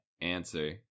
answer